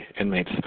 inmates